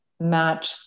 match